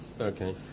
Okay